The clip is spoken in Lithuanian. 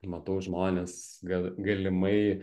matau žmonės gal galimai